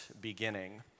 beginning